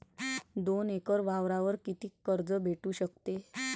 दोन एकर वावरावर कितीक कर्ज भेटू शकते?